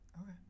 Okay